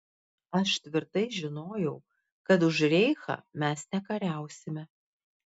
aš tvirtai žinojau kad už reichą mes nekariausime